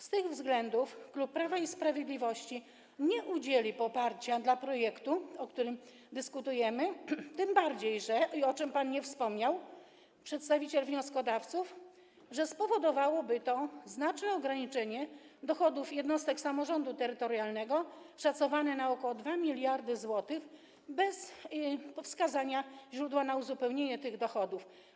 Z tych względów klub Prawo i Sprawiedliwość nie udzieli poparcia dla projektu, o którym dyskutujemy, tym bardziej że spowodowałoby to, o czym pan przedstawiciel wnioskodawców nie wspomniał, znaczne ograniczenie dochodów jednostek samorządu terytorialnego szacowane na ok. 2 mld zł bez wskazania źródła na uzupełnienie tych dochodów.